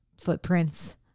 footprints